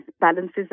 balances